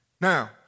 Now